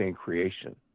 creation